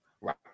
right